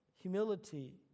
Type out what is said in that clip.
humility